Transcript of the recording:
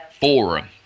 forum